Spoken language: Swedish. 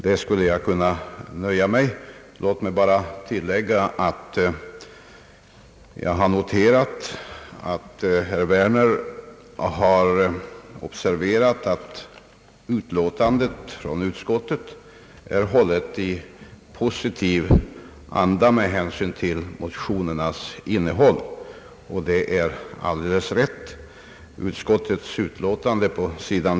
Med det skulle jag kunna nöja mig. Låt mig bara tillägga att jag har noterat att herr Werner har observerat att utskottets utlåtande är hållet i positiv anda med hänsyn till motionernas innehåll, och det är alldeles riktigt. I utskottets utlåtande på sid.